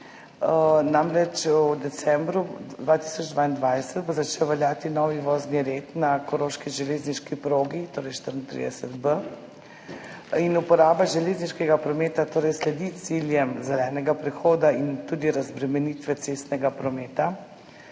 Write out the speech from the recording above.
Koroške. Decembra 2022 bo začel veljati nov vozni red na koroški železniški progi, torej 34B. Uporaba železniškega prometa sledi ciljem zelenega prehoda in tudi razbremenitve cestnega prometa.